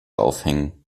aufhängen